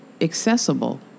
accessible